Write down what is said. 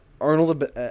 Arnold